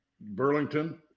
Burlington